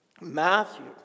Matthew